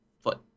foot